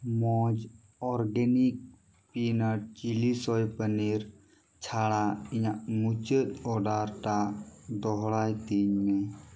ᱢᱚᱡᱽ organic peanut chilli soy paneer ᱪᱷᱟᱲᱟ ᱤᱧᱟᱹᱜ ᱢᱩᱪᱟᱹᱫ ᱚᱰᱟᱨ ᱴᱟᱜ ᱫᱚᱦᱲᱟᱭᱛᱤᱧ ᱢᱮ